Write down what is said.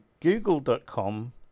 google.com